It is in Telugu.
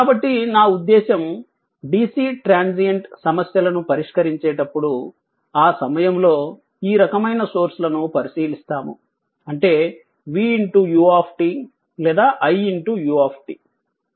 కాబట్టి నా ఉద్దేశ్యం DC ట్రాన్సియెంట్ సమస్యలను పరిష్కరించేటప్పుడు ఆ సమయంలో ఈ రకమైన సోర్స్ లను పరిశీలిస్తాము అంటే v u లేదా iu